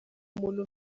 umuntu